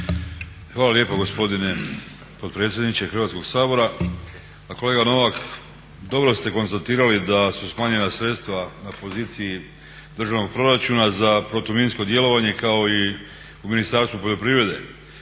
Hvala lijepo gospodine potpredsjedniče Hrvatskog sabora. Kolega Novak, dobro ste konstatirali da su smanjena sredstva na poziciji državnog proračuna za protuminsko djelovanje kao i u Ministarstvu poljoprivrede.